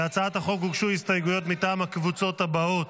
להצעת החוק הוגשו הסתייגויות מטעם הקבוצות הבאות: